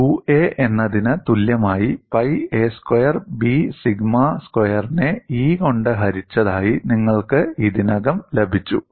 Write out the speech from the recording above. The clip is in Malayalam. Ua എന്നതിന് തുല്യമായി pi a square B sigma സ്ക്വയറിനെ E കൊണ്ട് ഹരിച്ചതായി നിങ്ങൾക്ക് ഇതിനകം ലഭിച്ചു